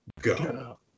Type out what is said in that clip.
Go